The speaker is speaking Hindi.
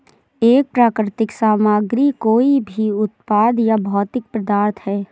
एक प्राकृतिक सामग्री कोई भी उत्पाद या भौतिक पदार्थ है